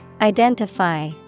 identify